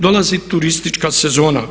Dolazi turistička sezona.